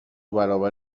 برابر